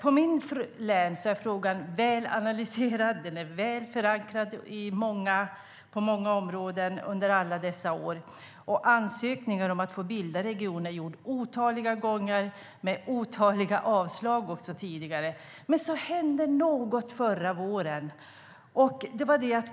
I mitt län är frågan väl analyserad och väl förankrad på många områden under alla dessa år. Ansökningar om att få bilda region har gjorts otaliga gånger, med otaliga avslag tidigare. Men så hände något förra våren.